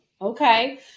okay